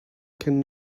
can